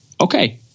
okay